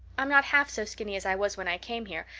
i'm not half so skinny as i was when i came here,